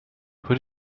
who